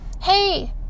Hey